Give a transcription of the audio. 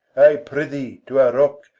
i prithee to our rock.